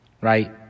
Right